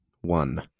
One